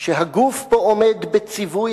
שהגוף פה עומד בציווי